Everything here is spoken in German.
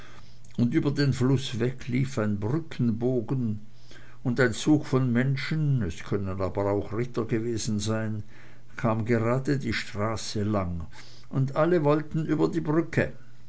und über den fluß weg lief ein brückenbogen und ein zug von menschen es können aber auch ritter gewesen sein kam grade die straße lang und alle wollten über die brücke